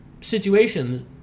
situations